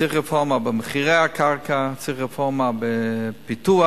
צריך רפורמה במחירי הקרקע, צריך רפורמה בפיתוח.